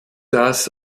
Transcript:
das